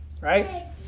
right